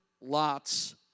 Lot's